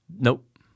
Nope